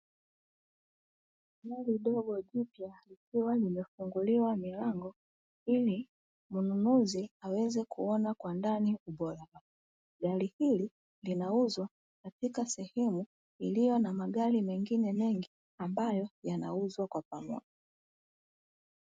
Gari dogo jipya likiwa limefunguliwa milango ili mnunuzi aweze kuona kwa ndani ubora, gari hili linauzwa katika sehemu iliyo na magari mengine mengi ambayo yanauzwa kwa pamoja.